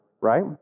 right